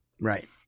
right